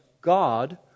God